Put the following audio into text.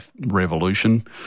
revolution